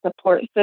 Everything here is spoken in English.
support